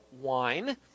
wine